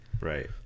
Right